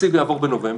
התקציב יעבור בנובמבר.